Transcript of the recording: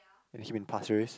and him in pasir-ris